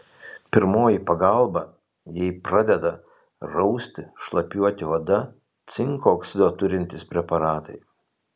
pirmoji pagalba jei pradeda rausti šlapiuoti oda cinko oksido turintys preparatai